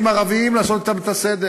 שהם פורעים ערבים, לעשות אתם את הסדר.